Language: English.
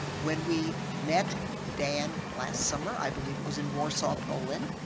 when we met dan last summer, i believe it was in warsaw, poland,